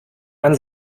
man